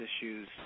issues